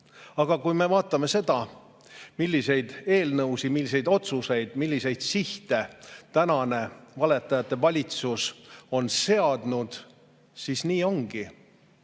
Aga kui me vaatame seda, milliseid eelnõusid, milliseid otsuseid, milliseid sihte tänane valetajate valitsus on seadnud, siis nii ongi.